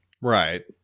Right